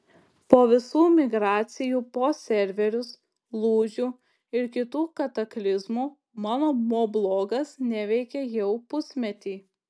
po visų migracijų po serverius lūžių ir kitų kataklizmų mano moblogas neveikė jau pusmetį